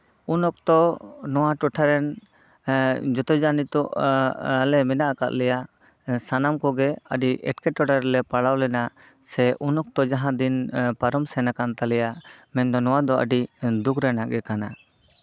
ᱩᱱ ᱚᱠᱛᱚ ᱱᱚᱣᱟ ᱴᱚᱴᱷᱟ ᱨᱮᱱ ᱮᱜ ᱡᱚᱛ ᱡᱟ ᱱᱤᱛᱚᱜ ᱟᱞᱮ ᱢᱮᱱᱟᱜ ᱠᱟᱜ ᱞᱮᱭᱟ ᱥᱟᱱᱟᱢ ᱠᱚᱜᱮ ᱟᱹᱰᱤ ᱮᱴᱠᱮᱴᱚᱲᱮ ᱨᱮᱞᱮ ᱯᱟᱲᱟᱣ ᱞᱮᱱᱟ ᱥᱮ ᱩᱱ ᱚᱠᱛᱚ ᱡᱟᱦᱟᱸ ᱫᱤᱱ ᱯᱟᱨᱚᱢ ᱥᱮᱱ ᱠᱟᱱ ᱛᱟᱞᱮᱭᱟ ᱢᱮᱱ ᱫᱚ ᱱᱚᱣᱟ ᱫᱚ ᱟᱹᱰᱤ ᱫᱩᱠ ᱨᱮᱱᱟᱜ ᱜᱮ ᱠᱟᱱᱟ